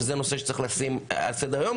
וזה נושא שצריך לשים על סדר היום,